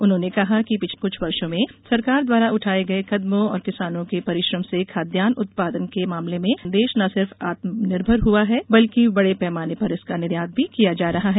उन्होंने कहा कि पिछले कुछ वर्षो में सरकार द्वारा उठाये गये कदमों और किसानों के परिश्रम से खाद्यान्न उत्पादन के मामले में देश न सिर्फ आत्मनिर्भर हुआ है बल्कि बड़े पैमाने पर इसका निर्यात भी किया जा रहा है